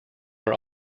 are